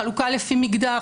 חלוקה לפי מגדר,